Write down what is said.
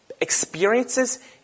experiences